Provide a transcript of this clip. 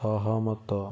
ସହମତ